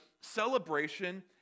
celebration